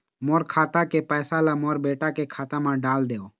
मोर खाता के पैसा ला मोर बेटा के खाता मा डाल देव?